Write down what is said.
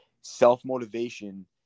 self-motivation